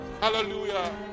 Hallelujah